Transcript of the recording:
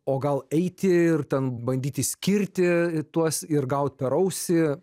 o gal eiti ir ten bandyt išskirti tuos ir gaut per ausį